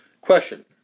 Question